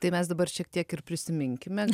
tai mes dabar šiek tiek ir prisiminkime